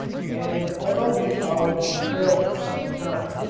and although he followed his trail for some time,